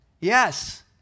Yes